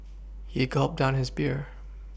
he gulped down his beer